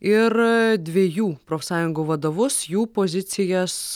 ir dviejų profsąjungų vadovus jų pozicijas